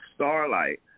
Starlight